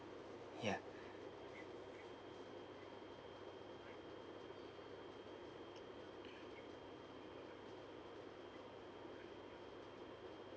ya